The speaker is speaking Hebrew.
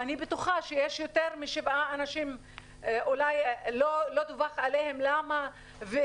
ואני בטוחה שיש יותר משבעה אנשים - אולי לא דווח עליהם ויש